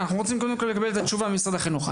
אנחנו רוצים קודם כל לקבל את התשובה ממשרד החינוך.